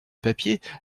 papiers